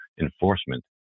enforcement